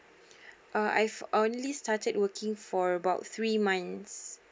uh I've only started working for about three months